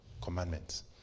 commandments